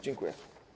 Dziękuję.